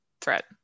threat